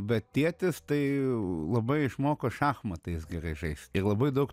bet tėtis tai labai išmoko šachmatais gerai žaist ir labai daug